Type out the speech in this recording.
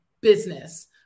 business